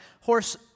horse